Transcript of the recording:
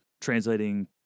translating